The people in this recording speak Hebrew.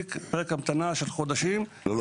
ולהצדיק פרק המתנה של חודשים --- לא,